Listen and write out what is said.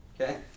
Okay